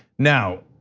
now,